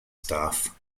staff